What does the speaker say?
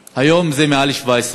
והיום זה יותר מ-17 שקלים.